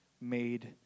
made